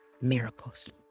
miracles